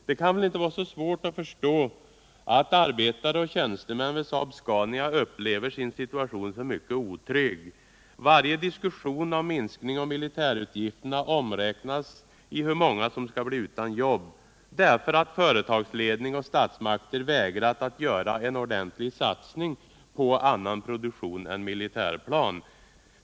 Det kan väl inte vara så svårt att förstå att arbetare och tjänstemän vid Saab Scania upplever sin situation som mycket otrygg. Varje diskussion om minskning av militärutgifterna omräknas i hur många som skall bli utan jobb — därför att företagsledningen och statsmakterna vägrat att göra en ordentlig satsning på annan produktion än militärplan.